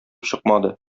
чыкмады